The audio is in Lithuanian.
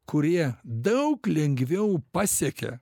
kurie daug lengviau pasiekia